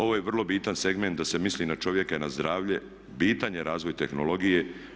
Ovo je vrlo bitan segment da se misli i na čovjeka i na zdravlje, bitan je razvoj tehnologije.